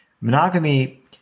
monogamy